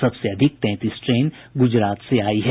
सबसे अधिक तैंतीस ट्रेन गुजरात से आई है